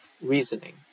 reasoning